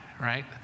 right